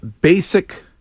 basic